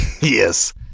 Yes